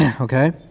Okay